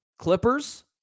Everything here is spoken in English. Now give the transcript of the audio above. Clippers